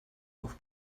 auf